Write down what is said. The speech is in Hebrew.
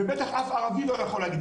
ובטח אף ערבי לא יכול להגיד.